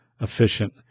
efficient